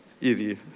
Easy